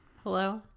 Hello